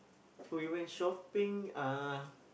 we went shopping uh